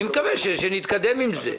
אני מקווה שנתקדם בזה.